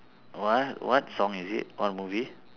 what what song is it what movie